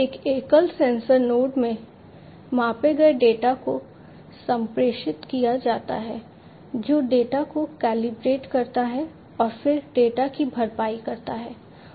एक एकल sensor node में मापे गए डेटा को संप्रेषित किया जाता है जो डेटा को कैलिब्रेट करता है और फिर डेटा की भरपाई करता है